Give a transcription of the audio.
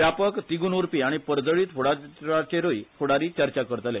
व्यापक तिगून उरपी आनी पर्जळीत फुडाराचेरूय फुडारी चर्चा करतले